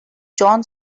jon